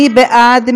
מי בעד?